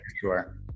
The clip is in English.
Sure